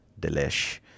delish